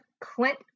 Clint